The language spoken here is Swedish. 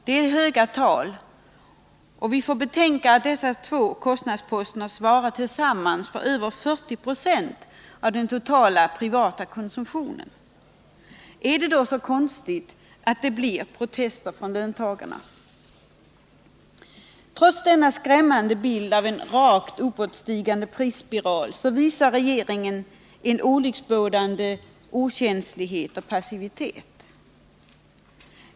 Det är höga tal, och vi får betänka att dessa två kostnadsposter tillsammans svarar för över 40 9 av den totala privata konsumtionen. Är det då så konstigt att det kommer protester från löntagarna? Trots denna skrämmande bild av en rakt uppåtstigande prisspiral visar regeringen en olycksbådande okänslighet och passivitet.